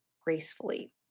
gracefully